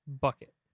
bucket